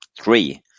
Three